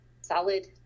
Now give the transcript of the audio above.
solid